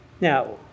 Now